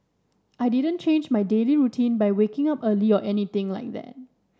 I didn't change my daily routine by waking up early or anything like that